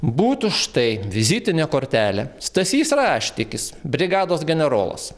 būtų štai vizitinė kortelė stasys raštikis brigados generolas